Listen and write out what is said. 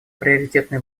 приоритетное